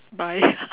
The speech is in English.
bye